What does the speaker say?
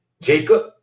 Jacob